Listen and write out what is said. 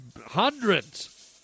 hundreds